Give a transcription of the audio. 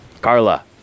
Carla